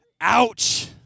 ouch